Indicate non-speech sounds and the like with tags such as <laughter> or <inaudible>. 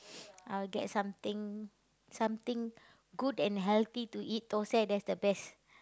<breath> I will get something something good and healthy to eat thosai that's the best